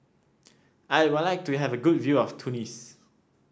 I would like to have a good view of Tunis